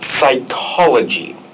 psychology